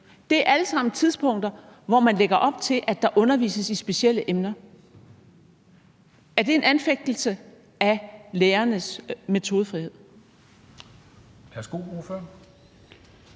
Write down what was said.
Det er alle sammen tidspunkter, hvor man lægger op til at der undervises i specielle emner. Er det en anfægtelse af lærernes metodefrihed?